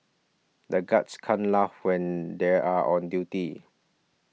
the guards can't laugh when they are on duty